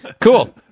cool